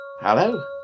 Hello